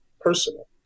personal